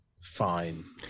Fine